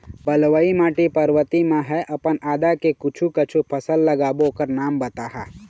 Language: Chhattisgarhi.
बलुई माटी पर्वतीय म ह हमन आदा के कुछू कछु फसल लगाबो ओकर नाम बताहा?